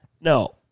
No